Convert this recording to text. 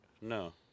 No